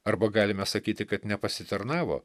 arba galime sakyti kad nepasitarnavo